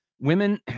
Women